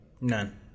none